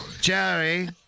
Jerry